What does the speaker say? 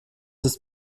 ist